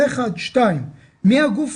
דבר שני, מי הגוף